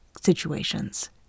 situations